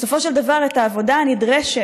בסופו של דבר העבודה הנדרשת,